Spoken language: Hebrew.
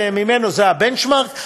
ממנו זה הבנצ'מרק,